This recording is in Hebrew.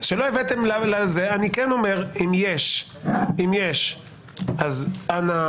זה שלא הבאתם לדיון, אני כן אומר: אם יש, אז אנא